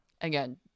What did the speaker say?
again